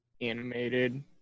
animated